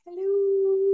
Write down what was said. Hello